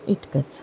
इतकंच